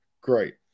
great